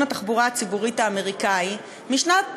התחבורה הציבורית האמריקני משנת 2016,